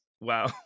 Wow